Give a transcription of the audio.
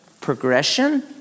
progression